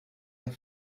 and